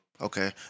Okay